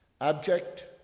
Abject